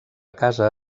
casa